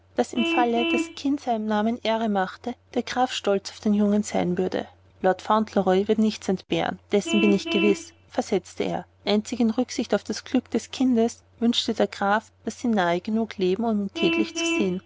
daß im falle das kind seinem namen ehre machte der graf stolz auf den jungen sein würde lord fauntleroy wird nichts entbehren dessen bin ich gewiß versetzte er einzig in rücksicht auf das glück des kindes wünschte der graf daß sie nahe genug leben um ihn täglich zu sehen